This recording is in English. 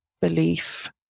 belief